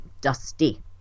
Dusty